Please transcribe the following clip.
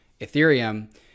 Ethereum